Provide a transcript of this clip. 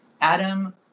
Adam